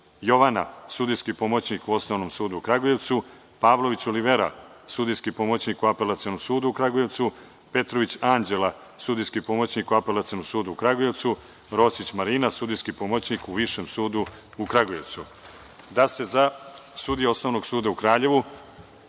Jovana, sudijski pomoćnik u Osnovnom sudu u Kragujevcu, Pavlović Olivera, sudijski pomoćnik u Apelacionom sudu u Kragujevcu, Petrović Anđela, sudijski pomoćnik u Apelacionom sudu u Kragujevcu, Rosić Marina, sudijski pomoćnik u Višem sudu u Kragujevcu. Predlog je da se za sudije Osnovnog suda u Kraljevu